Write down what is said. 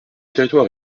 territoire